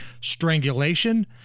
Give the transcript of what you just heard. strangulation